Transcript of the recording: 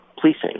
policing